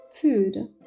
food